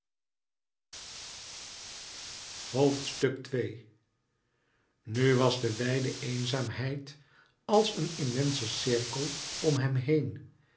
n was de wijde eenzaamheid als een immense cirkel om hem heen